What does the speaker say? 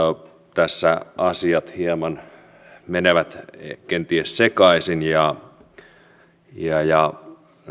tässä asiat hieman menevät kenties sekaisin ja ja